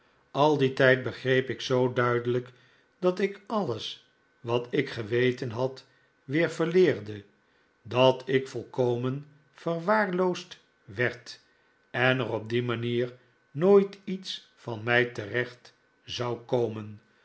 al dien tijd begreep ik zoo duidelijk dat ik alles wat ik geweten had weer verleerde dat ik volkomen verwaarloosd werd en er op die manier nooit iets van mij terecht zou komen